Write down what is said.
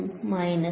വിദ്യാർത്ഥി മൈനസ്